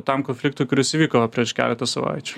tam konfliktui kuris įvyko prieš keletą savaičių